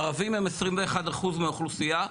ערבים הם 21% מהאוכלוסייה,